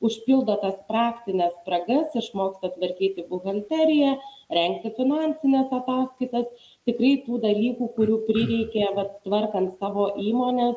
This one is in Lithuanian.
užpildo tas praktines spragas išmoksta tvarkyti buhalteriją rengti finansines ataskaitas tikrai tų dalykų kurių prireikė vat tvarkant savo įmones